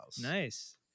Nice